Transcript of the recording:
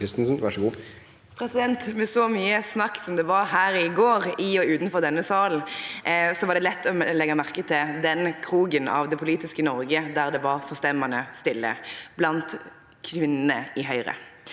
Med så mye snakk som det var her i går, i og utenfor denne salen, var det lett å legge merke til den kroken av det politiske Norge der det var forstemmende stille: blant kvinnene i Høyre